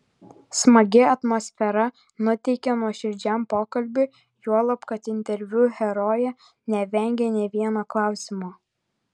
smagi atmosfera nuteikė nuoširdžiam pokalbiui juolab kad interviu herojė nevengė nė vieno klausimo